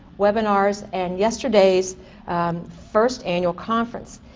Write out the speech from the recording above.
webinars, and yesterday's first annual conference,